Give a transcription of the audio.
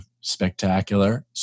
spectacular